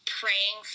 praying